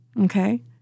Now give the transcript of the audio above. Okay